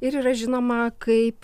ir yra žinoma kaip